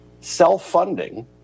self-funding